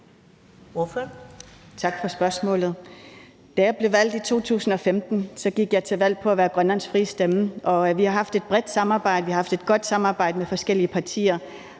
Tak for spørgsmålet. Da jeg blev valgt i 2015, gik jeg til valg på at være Grønlands frie stemme, og vi har haft et bredt samarbejde. Vi har haft et